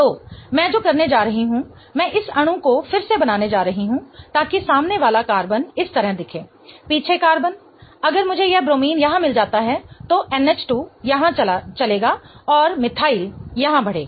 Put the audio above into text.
तो मैं जो करने जा रही हूं मैं इस अणु को फिर से बनाने जा रही हूं ताकि सामने वाला कार्बन इस तरह दिखे पीछे कार्बन अगर मुझे यह ब्रोमीन यहाँ मिल जाता है तो NH2 यहाँ चलेगा और मिथाइल यहाँ बढ़ेगा